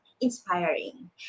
inspiring